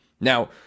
Now